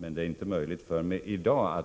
Men det är inte möjligt för mig att i dag